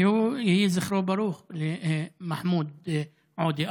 ויהי זכרו של מחמוד עודה ברוך.